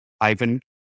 Ivan